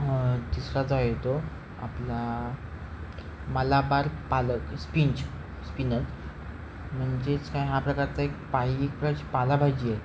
तिसराचा येतो आपला मलाबार पालक स्पिंज स्पिनत म्हणजेच काय हा प्रकारचा एक पालेभाजी आहे